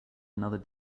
another